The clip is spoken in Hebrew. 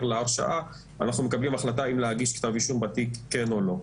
להרשעה אנחנו מקבלים החלטה אם להגיש כתב אישום בתיק כן או לא.